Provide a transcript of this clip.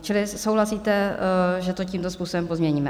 Čili souhlasíte, že to tímto způsobem pozměníme?